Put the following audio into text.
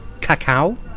Cacao